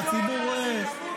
והציבור רואה.